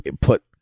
put